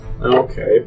okay